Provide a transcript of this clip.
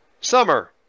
Summer